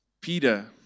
Peter